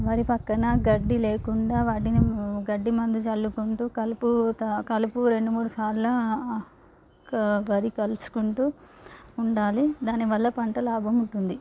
వరి పక్కన గడ్డి లేకుండా వాటిని గడ్డి మందు చల్లుకుంటూ కలుపు కలుపు రెండు మూడు సార్ల క వరి కలుసుకుంటూ ఉండాలి దాని వల్ల పంట లాభం ఉంటుంది